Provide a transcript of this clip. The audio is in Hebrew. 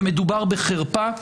ומדובר בחרפה.